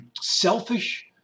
selfish